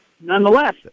nonetheless